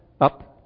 up